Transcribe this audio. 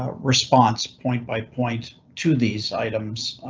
ah response. point by point to these items,